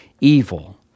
evil